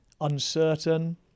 uncertain